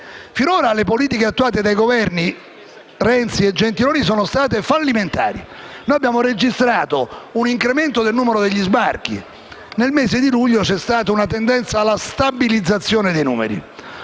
Finora le politiche attuate dai Governi Renzi e Gentiloni Silveri sono state fallimentari. Abbiamo registrato un incremento del numero degli sbarchi e nel mese di luglio c'è stata una tendenza alla stabilizzazione dei numeri.